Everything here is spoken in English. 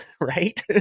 Right